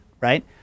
right